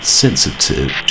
sensitive